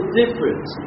difference